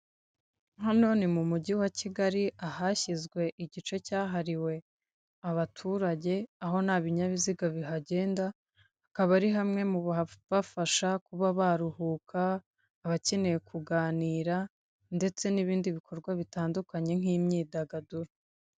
Hano ni mu mujyi wa Kigali ahashyizwe igice cyahariwe abaturage aho nta binyabiziga bihagenda, hakaba ari hamwe muhabafasha kuba baruhuka, abakeneye kuganira ndetse n'ibindi bikorwa bitandukanye nk'imyidagaduro.